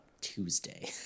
Tuesday